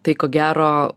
tai ko gero